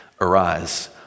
Arise